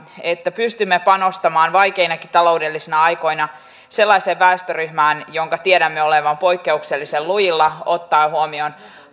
että pystymme panostamaan vaikeinakin taloudellisina aikoina sellaiseen väestöryhmään jonka tiedämme olevan poikkeuksellisen lujilla ottaen huomioon